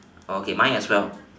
okay mine as well